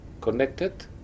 connected